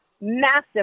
Massive